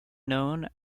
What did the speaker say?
known